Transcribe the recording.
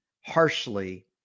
harshly